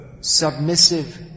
submissive